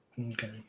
Okay